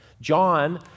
John